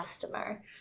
customer